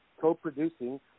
co-producing